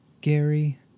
Gary